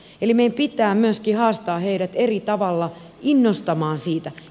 eli meidän pitää myöskin haastaa heidät eri tavalla innostumaan siitä